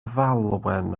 falwen